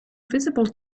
visible